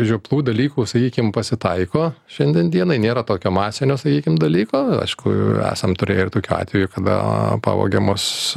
žioplų dalykų sakykim pasitaiko šiandien dienai nėra tokio masinio sakykim dalyko aišku esam turėję ir tokių atvejų kada pavagiamos